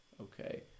okay